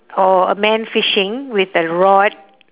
or a man fishing with the rod